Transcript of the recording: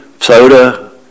soda